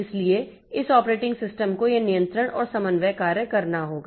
इसलिए इस operating system को यह नियंत्रण और समन्वय कार्य करना होगा